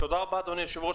תודה רבה, אדוני היושב-ראש.